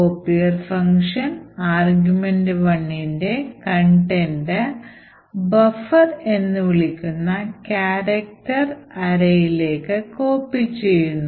copier function argv1ൻറെ content buffer എന്ന് വിളിക്കുന്ന ക്യാരക്ടർ Arrayലേക്ക് കോപ്പി ചെയ്യുന്നു